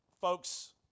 folks